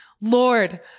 Lord